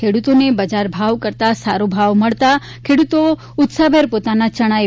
ખેડૂતોને બજાર ભાવ કરતાં સારો ભાવ મળતાં ખેડૂતો ઉત્સાહભેર પોતાના ચણા એ